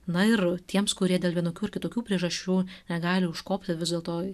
na ir tiems kurie dėl vienokių ar kitokių priežasčių negali užkopti vis dėlto